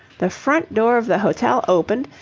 the front door of the hotel opened,